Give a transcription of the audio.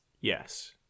Yes